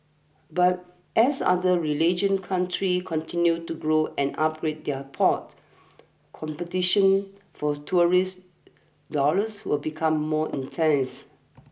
but as other religion countries continue to grow and upgrade their ports competition for tourist dollars will become more intense